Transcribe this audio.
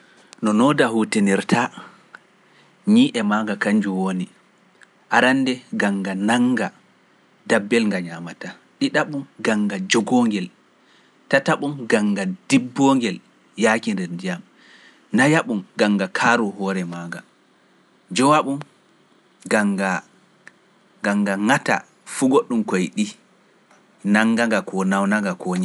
No nooda hutinirta e ñii'e maanga kanjum woni, arande gam nga nanga dabbel nga ñamata, ɗiɗaɓum gam nga jogoo ngel, tataɓum gam nga dibbo ngel yaai ndiyam, nayaɓum gam nga kaaro hoore maanga, jowa ɓum gam nga, nga ŋata fu godɗum ko yiɗi, nanga nga ko nawna nga ko ñamata nga.